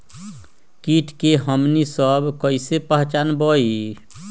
किट के हमनी सब कईसे पहचान बई?